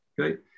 Okay